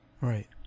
right